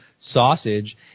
sausage